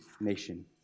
nation